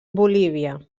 bolívia